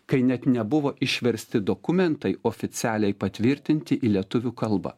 kai net nebuvo išversti dokumentai oficialiai patvirtinti į lietuvių kalbą